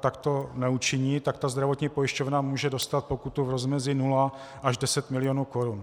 takto neučiní, tak ta zdravotní pojišťovna může dostat pokutu v rozmezí 0 až 10 mil. korun.